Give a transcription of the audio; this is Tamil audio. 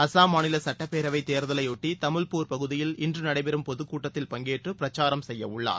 அசாம் மாநில சுட்டப்பேரவை தேர்தலையொட்டி தமுல்பூர் பகுதியில் இன்று நடைபெறும் பொதுக்கூட்டத்தில் இன்று பங்கேற்று பிரச்சாரம் செய்யவுள்ளார்